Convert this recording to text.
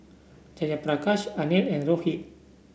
Jayaprakash Anil and Rohit